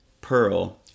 Pearl